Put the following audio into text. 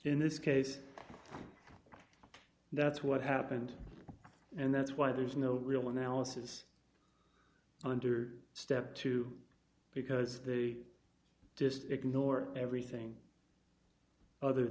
in this case that's what happened and that's why there's no real analysis under step two because they just ignore everything other